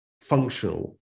functional